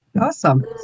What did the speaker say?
Awesome